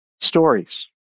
stories